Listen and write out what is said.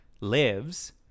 lives